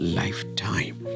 lifetime